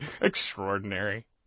Extraordinary